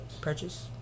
purchase